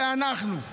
זה אנחנו,